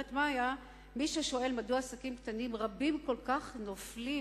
ואומרת מאיה: מי ששואל מדוע עסקים קטנים רבים כל כך נופלים,